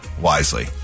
wisely